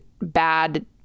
bad